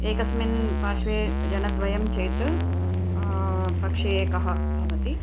एकस्मिन् पार्श्वे जनद्वयं चेत् पक्षे एकः भवति